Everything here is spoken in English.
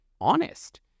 honest